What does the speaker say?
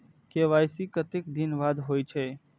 KYC कतेक दिन बाद होई छै?